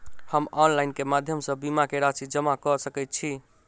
हम ऑनलाइन केँ माध्यम सँ बीमा केँ राशि जमा कऽ सकैत छी?